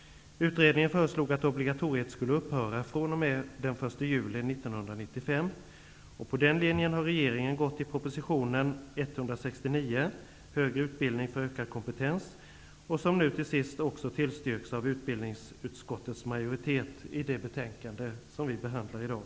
Utredningen föreslog att obligatoriet skulle upphöra den 1 juli 1995, och på den linjen har regeringen gått i proposition 1992/93:169 Högre utbildning för ökad kompetens, som nu till sist också tillstyrks av utbildningsutskottets majorietet i det betänkande vi behandlar i dag.